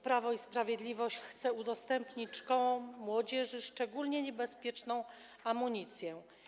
Prawo i Sprawiedliwość chce udostępnić szkołom, młodzieży szczególnie niebezpieczną amunicję.